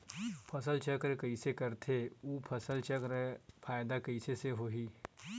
फसल चक्र कइसे करथे उ फसल चक्र के फ़ायदा कइसे से होही?